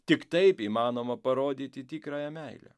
tik taip įmanoma parodyti tikrąją meilę